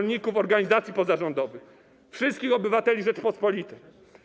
rolników, organizacji pozarządowych, wszystkich obywateli Rzeczypospolitej.